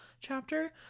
chapter